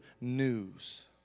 news